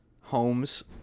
homes